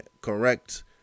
correct